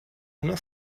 una